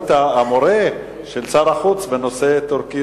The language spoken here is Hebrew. אני מקווה שאתה לא היית המורה של שר החוץ בנושא טורקי-טורקי.